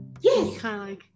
Yes